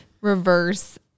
reverse